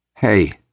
Hey